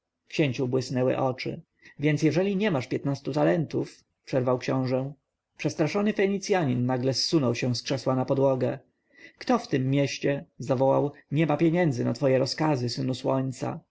błysnęły oczy więc jeżeli nie masz piętnastu talentów przerwał książę przestraszony fenicjanin nagle zsunął się z krzesła na podłogę kto w tem mieście zawołał nie ma pieniędzy na twój rozkaz synu słońca